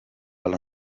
alla